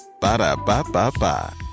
Ba-da-ba-ba-ba